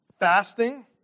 fasting